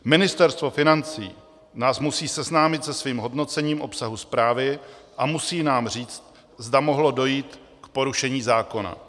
Ministerstvo financí nás musí seznámit se svým hodnocením obsahu zprávy a musí nám říct, zda mohlo dojít k porušení zákona.